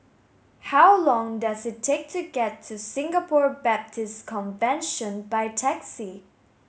how long does it take to get to Singapore Baptist Convention by taxi